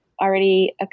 already